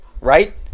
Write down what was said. Right